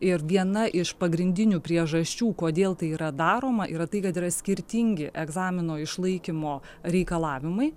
ir viena iš pagrindinių priežasčių kodėl tai yra daroma yra tai kad yra skirtingi egzamino išlaikymo reikalavimai